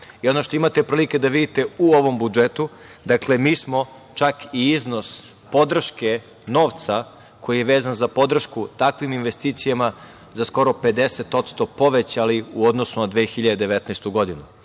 što imate prilike da vidite u ovom budžetu, dakle mi smo čak i iznos podrške novca koji je vezan za podršku takvim investicijama za skoro 50% povećali u odnosu na 2019. godinu.